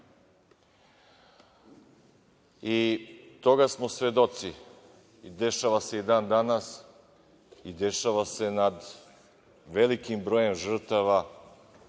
ratu. Toga smo svedoci, i dešava se i dan danas, i dešava se nad velikim brojem žrtava,